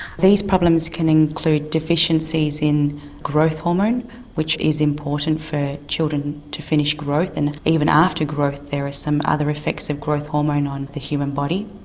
these problems can include deficiencies in growth hormone which is important for children to finish growth and even after growth there are some other effects of growth hormone on the human body.